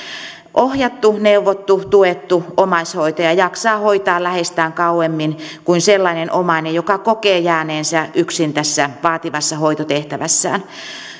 ohjattu neuvottu tuettu omaishoitaja jaksaa hoitaa läheistään kauemmin kuin sellainen omainen joka kokee jääneensä yksin tässä vaativassa hoitotehtävässään